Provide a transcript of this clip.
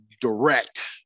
direct